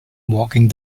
walking